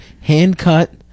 hand-cut